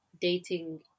dating